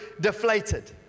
deflated